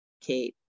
Kate